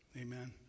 Amen